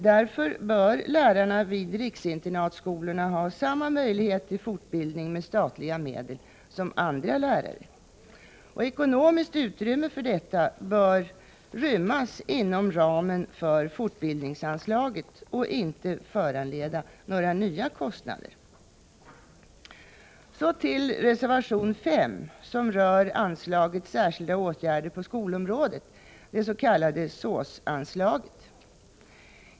Därför bör lärarna vid riksinternatskolorna ha samma möjlighet till fortbildning med statliga medel som andra lärare. Ekonomiskt utrymme för detta bör finnas inom ramen för fortbildningsanslaget, och det bör inte föranleda några nya kostnader. Så till reservation 5, som rör anslaget Särskilda åtgärder på skolområdet, det s.k. SÅS-anslaget.